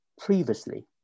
previously